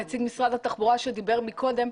נציג משרד התחבורה שדיבר קודם,